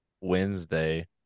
Wednesday